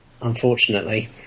Unfortunately